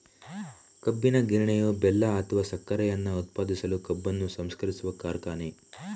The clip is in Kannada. ಕಬ್ಬಿನ ಗಿರಣಿಯು ಬೆಲ್ಲ ಅಥವಾ ಸಕ್ಕರೆಯನ್ನ ಉತ್ಪಾದಿಸಲು ಕಬ್ಬನ್ನು ಸಂಸ್ಕರಿಸುವ ಕಾರ್ಖಾನೆ